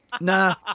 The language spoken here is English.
nah